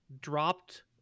dropped